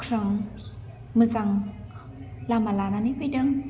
गोख्रों मोजां लामा लानानै फैदों